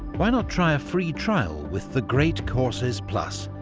why not try a free trial with the great courses plus,